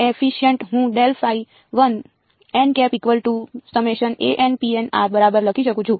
તેથી coefficient હું બરાબર લખી શકું છું